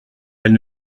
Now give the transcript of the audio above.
elle